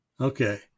okay